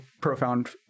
profound